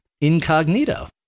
incognito